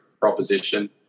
proposition